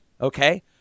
okay